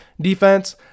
defense